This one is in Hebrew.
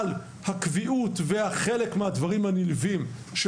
על הקביעות וחלק מהדברים הנלווים של